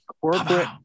corporate